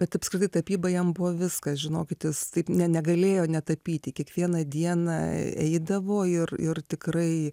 bet apskritai tapyba jam buvo viskas žinokit jis taip ne negalėjo netapyti kiekvieną dieną eidavo ir ir tikrai